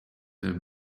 have